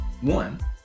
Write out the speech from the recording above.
one